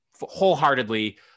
wholeheartedly